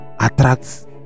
attracts